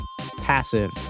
Passive